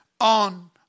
on